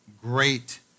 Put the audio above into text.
great